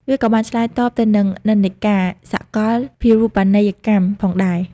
វាក៏បានឆ្លើយតបទៅនឹងនិន្នាការសកលភាវូបនីយកម្មផងដែរ។